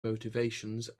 motivations